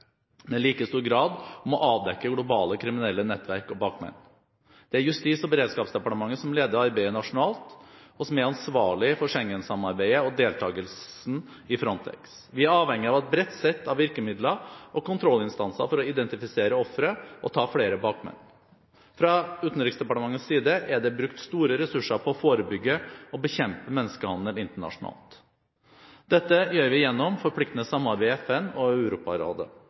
like stor grad om å avdekke globale kriminelle nettverk og bakmenn. Det er Justis- og beredskapsdepartementet som leder arbeidet nasjonalt, og som er ansvarlig for Schengen-samarbeidet og deltakelsen i Frontex. Vi er avhengig av et bredt sett av virkemidler og kontrollinstanser for å identifisere ofre og ta flere bakmenn. Fra Utenriksdepartementets side er det brukt store ressurser på å forebygge og bekjempe menneskehandel internasjonalt. Dette gjør vi gjennom et forpliktende samarbeid i FN og Europarådet.